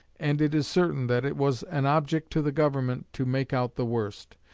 and it is certain that it was an object to the government to make out the worst.